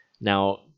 now